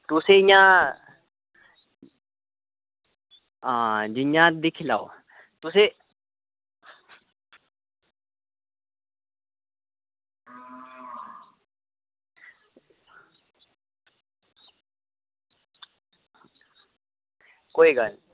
तुस इंया आं जियां दिक्खी लैओ तुसें कोई गल्ल निं